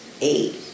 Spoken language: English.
eight